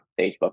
Facebook